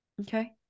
okay